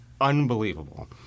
unbelievable